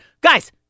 Guys